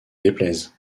déplaise